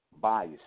Bias